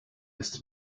ist